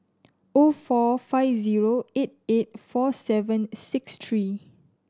O four five zero eight eight four seven six three